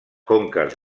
conques